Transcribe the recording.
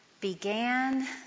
began